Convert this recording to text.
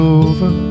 over